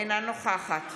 אינה נוכחת